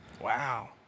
Wow